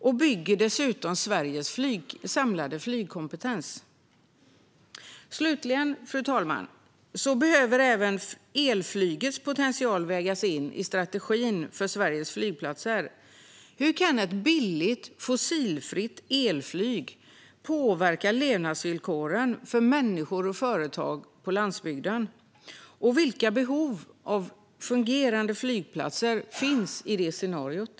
Det bygger dessutom Sveriges samlade flygkompetens. Slutligen, fru talman, behöver även elflygets potential vägas in i strategin för Sveriges flygplatser. Hur kan ett billigt, fossilfritt elflyg påverka levnadsvillkoren för människor och företag på landsbygden, och vilka behov av fungerande flygplatser finns i det scenariot?